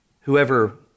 Whoever